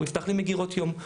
הוא יפתח לי מגירות יום,